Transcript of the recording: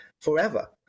forever